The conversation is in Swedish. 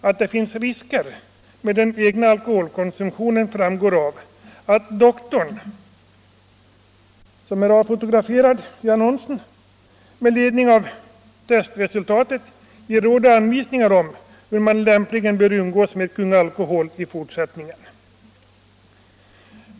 Att det finns risker med den egna alkoholkonsumtionen framgår av att doktorn, som är avfotograferad i annonsen, med ledning av testresultet ger råd och anvisningar om hur man lämpligen bör umgås med ”Kung alkohol” i fortsättningen.